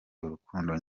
urukundo